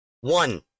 One